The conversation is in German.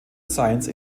science